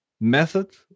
Method